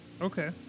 Okay